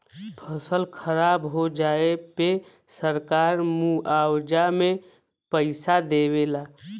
फसल खराब हो जाये पे सरकार मुआवजा में पईसा देवे ला